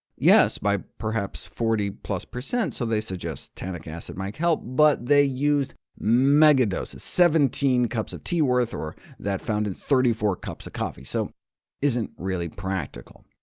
yes, by perhaps forty plus percent. so they suggest tannic acid might help, but they used megadoses seventeen cups of tea worth, or that found in thirty four cups of coffee, so it isn't really practical.